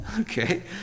okay